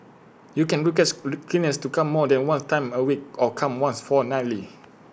you can request cleaners to come more than one time A week or come once fortnightly